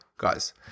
Guys